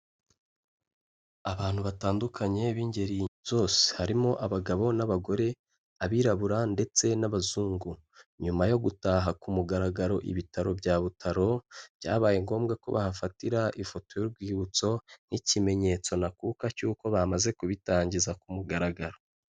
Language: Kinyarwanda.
Abantu batandukanye b'ingeri zose. Harimo abagabo n'abagore, abirabura ndetse n'abazungu. Nyuma yo gutaha ku mugaragaro, ibitaro bya Butaro byabaye ngombwa ko bahafatira ifoto y'urwibutso, nk'ikimenyetso ntakuka cy'uko bamaze kubitangiza ku mugaragaro.